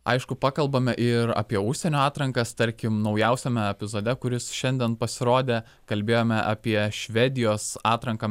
aišku pakalbame ir apie užsienio atrankas tarkim naujausiame epizode kuris šiandien pasirodė kalbėjome apie švedijos atranką